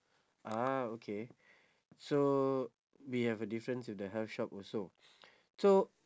ah okay so we have a difference in the health shop also so